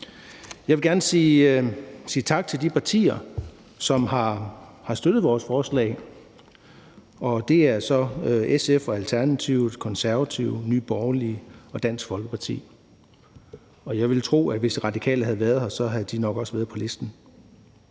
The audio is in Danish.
Jeg vil gerne sige tak til de partier, som har støttet vores forslag. Det er SF, Alternativet, Konservative, Nye Borgerlige og Dansk Folkeparti, og jeg vil tro, at hvis Radikale havde været her, havde de nok også været på listen.